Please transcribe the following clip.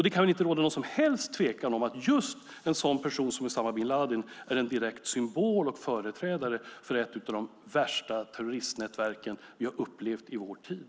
Det kan inte råda något som helst tvivel om att just en person som Usama bin Ladin är en direkt symbol och företrädare för ett av de värsta terroristnätverken vi har upplevt i vår tid.